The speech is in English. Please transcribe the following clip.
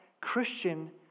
Christian